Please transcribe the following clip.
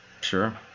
Sure